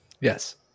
Yes